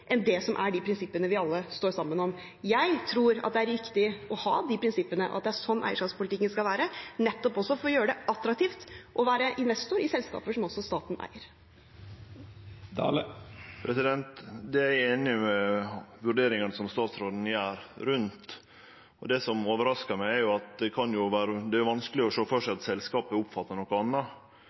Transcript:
enn det som er de prinsippene vi alle står sammen om. Jeg tror det er riktig å ha de prinsippene, og at det er sånn eierskapspolitikken skal være, nettopp for å gjøre det attraktivt å være investor i selskaper som også staten eier. Eg er einig i vurderingane som statsråden gjer rundt dette. Det som overraskar meg, er at det kan vere vanskeleg å sjå for seg at selskapa oppfattar noko anna.